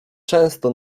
często